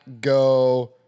go